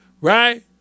right